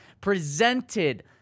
presented